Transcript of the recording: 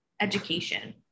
education